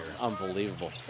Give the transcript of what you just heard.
Unbelievable